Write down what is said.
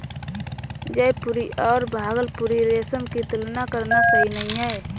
जयपुरी और भागलपुरी रेशम की तुलना करना सही नही है